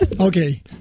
Okay